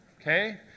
Okay